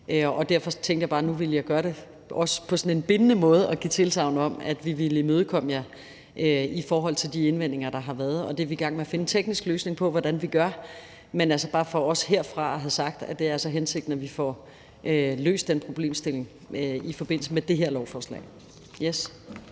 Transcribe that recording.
Derfor tænkte jeg bare, at nu ville jeg også på sådan en bindende måde give tilsagn om, at vi ville imødekomme jer i forhold til de indvendinger, der har været. Og det er vi i gang med at finde en teknisk løsning på hvordan vi gør. Men, altså, det var bare for også herfra at have sagt, at det er hensigten, at vi får løst den problemstilling i forbindelse med det her lovforslag. Kl.